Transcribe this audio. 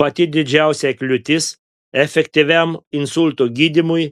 pati didžiausia kliūtis efektyviam insulto gydymui